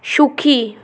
সুখী